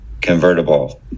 convertible